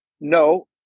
No